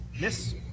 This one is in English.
Miss